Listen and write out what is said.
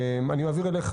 אני מעביר אליך,